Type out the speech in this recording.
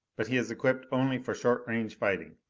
but he is equipped only for short range fighting.